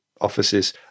offices